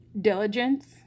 diligence